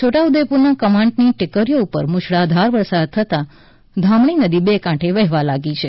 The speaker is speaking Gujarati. છોટા ઉદેપુર ના કવાંટની ટેકરીઓ ઉપર મુશળધાર વરસાદ થતાં ધામણી નદી બે કાંઠે વહેવા લાગી છે